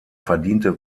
verdiente